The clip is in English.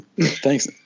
Thanks